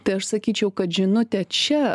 tai aš sakyčiau kad žinutė čia